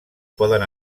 poden